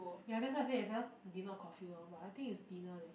ya that's why I said it's a dinner or coffee lor but I think is dinner leh